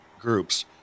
groups